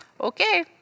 Okay